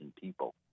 people